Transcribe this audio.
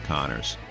Connors